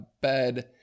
bed